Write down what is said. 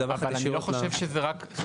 דווקא, חובת דיווח ישירות לוועדת הכספים.